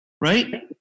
Right